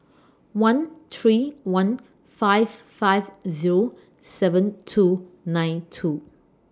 one three one five five Zero seven two nine two